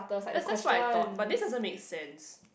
that's that's what I thought but this doesn't make sense